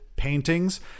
paintings